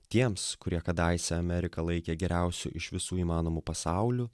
tiems kurie kadaise ameriką laikė geriausiu iš visų įmanomų pasaulių